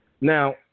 Now